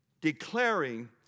declaring